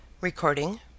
Recording